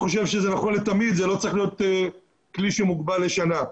אני חושב שזה נכון לתמיד וזה לא צריך להיות כלי שמוגבל לשנה.